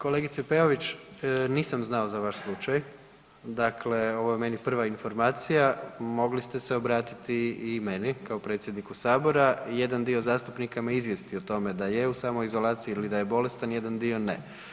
Kolegice Peović nisam znao za vaš slučaj, dakle ovo je meni prva informacija, mogli ste se obratiti i meni kao predsjedniku sabora, jedan dio zastupnika me izvijesti o tome da je u samoizolaciji ili da je bolestan, jedan dio ne.